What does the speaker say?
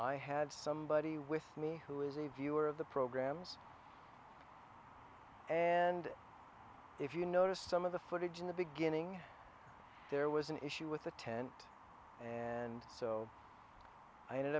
i had somebody with me who is a viewer of the programs and if you noticed some of the footage in the beginning there was an issue with the tent and so i ended